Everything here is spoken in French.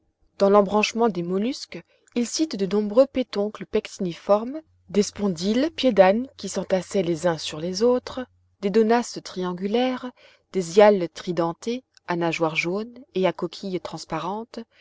dans l'embranchement des mollusques il cite de nombreux pétoncles pectiniformes des spondyles pieds dâne qui s'entassaient les uns sur les autres des donaces triangulaires des hyalles tridentées à nageoires jaunes et à coquilles transparentes